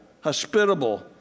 hospitable